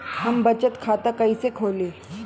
हम बचत खाता कईसे खोली?